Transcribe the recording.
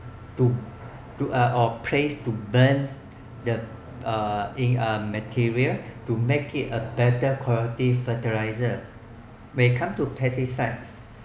to to uh or place to burn the uh in uh material to make it a better quality fertiliser when it comes to pesticide